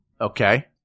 Okay